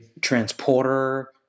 transporter